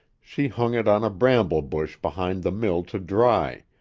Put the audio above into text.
she hung it on a bramble bush behind the mill to dry,